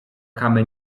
kamy